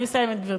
אני מסיימת, גברתי.